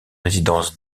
résidence